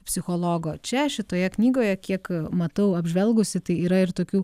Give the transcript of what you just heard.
psichologo čia šitoje knygoje kiek matau apžvelgusi tai yra ir tokių